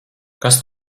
kas